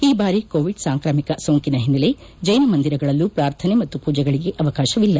ಈ ಬಾರಿ ಕೋವಿಡ್ ಸಾಂಕ್ರಾಮಿಕ ಸೋಂಕಿನ ಹಿನ್ನೆಲೆ ಜೈನ ಮಂದಿರಗಳಲ್ಲೂ ಪ್ರಾರ್ಥನೆ ಮತ್ತು ಪೂಜೆಗಳಿಗೆ ಅವಕಾಶವಿಲ್ಲ